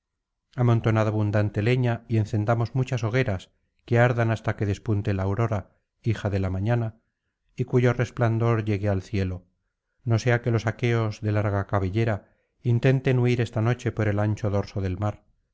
amontonad abundante leña y encendamos muchas hogueras que ardan hasta que despunte la aurora hija de la mañana y cuyo resplandor llegue al cielo no sea que los aqueos de larga cabellera intenten huir esta noche por el ancho dorso del mar